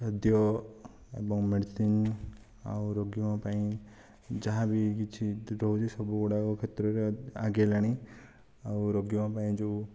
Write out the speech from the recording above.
ଖାଦ୍ୟ ଏବଂ ମେଡ଼ିସିନ୍ ଆଉ ରୋଗୀଙ୍କ ପାଇଁ ଯାହାବି କିଛି ରହୁଛି ସବୁଗୁଡ଼ାକ କ୍ଷେତ୍ରରେ ଆଗେଇଲାଣି ଆଉ ରୋଗୀଙ୍କ ପାଇଁ ଯେଉଁ